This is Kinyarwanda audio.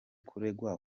kuregwa